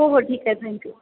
हो हो ठीक आहे थँक्यू